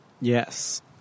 Yes